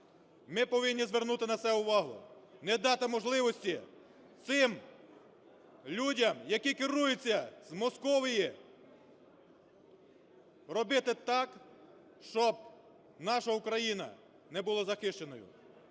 Ми повинні звернути на це увагу. Не дати можливості цим людям, які керуються з Московії, робити так, щоб наша Україна не була захищеною.